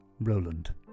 Roland